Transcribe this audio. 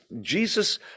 Jesus